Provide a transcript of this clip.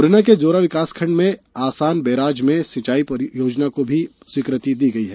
मुरैना के जौरा विकासखण्ड में आसान बैराज में सिंचाई योजना को भी स्वीकृति दी गई है